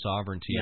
sovereignty